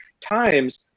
times